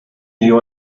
you